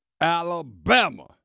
Alabama